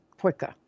quicker